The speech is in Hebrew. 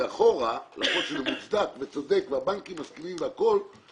אחורה למרות שזה מוצדק וצודק והבנקים מסכימים אבל